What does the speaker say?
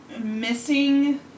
missing